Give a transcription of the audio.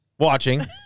Watching